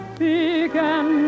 began